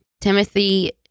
Timothy